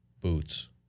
boots